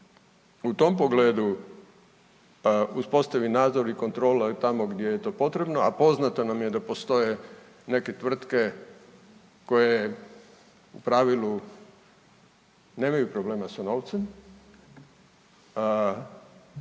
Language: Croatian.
u tom pogledu uspostavi nadzor i kontrola tamo gdje je to potrebno, a poznato nam je da postoje neke tvrtke koje u pravilu nemaju problema sa novcem,